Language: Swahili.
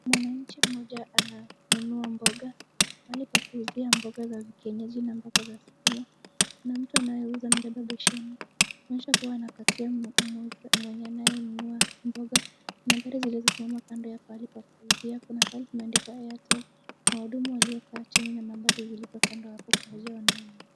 Mwananchi mmoja ananunua mboga mahali pa kuuzia mboga za kienyeji na mboga za sukuma. Kuna mtu anayeuza amebeba besheni. Inaonyesha kuwa anakatia mwenye anayenunua mboga. Na gari zilizosimama kando ya pahali pa kuuzia. Kuna pahali pameandikwa Airtel na wahudumu waliokaa chini na mabati zilizoko kando hapo kuzia wanaonunua.